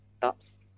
Thoughts